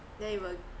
then it will